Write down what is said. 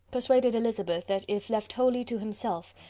persuaded elizabeth, that if left wholly to himself,